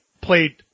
played